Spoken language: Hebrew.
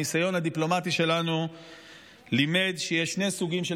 הניסיון הדיפלומטי שלנו לימד שיש שני סוגים של